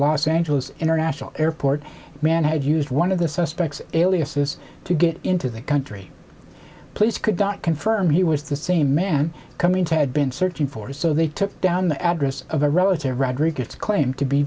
los angeles international airport man had used one of the suspects aliases to get into the country police could not confirm he was the same man come into had been searching for so they took down the address of a relative rodriguez claimed to be